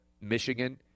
Michigan